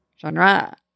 genre